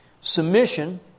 submission